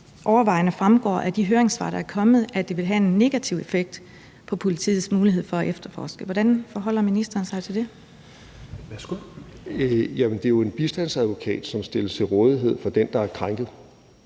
overvejende grad af de høringssvar, der er kommet, at det vil have en negativ effekt på politiets mulighed for at efterforske det. Hvordan forholder ministeren sig til det? Kl. 10:42 Fjerde næstformand (Rasmus Helveg Petersen):